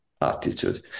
attitude